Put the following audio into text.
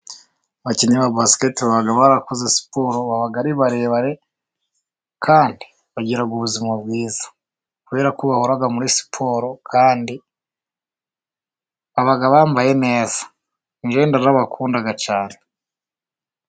Abakinnyi ba basiketi baba barakoze siporo，baba ari barebare， kandi bagira ubuzima bwiza. Kubera ko bahora muri siporo， kandi baba bambaye neza. Ngewe ndanabakunda cyane.